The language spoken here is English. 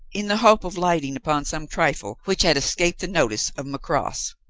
in the hope of lighting upon some trifle which had escaped the notice of macross.